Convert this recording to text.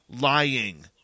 lying